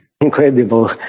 Incredible